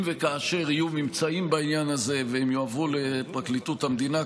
אם וכאשר יהיו ממצאים בעניין הזה והם יועברו לפרקליטות המדינה,